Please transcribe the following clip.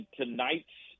tonight's